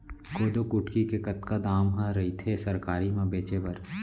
कोदो कुटकी के कतका दाम ह रइथे सरकारी म बेचे बर?